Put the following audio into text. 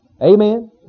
Amen